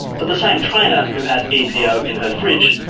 but the same trainer who had epo in her fridge,